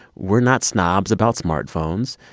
we're not snobs about smartphones.